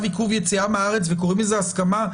עיכוב יציאה מהארץ וקוראים לזה הסכמה,